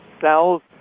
cells